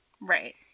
Right